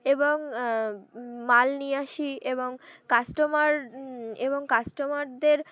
এবং মাল নিয়ে আসি এবং কাস্টমার এবং কাস্টমারদের